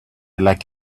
like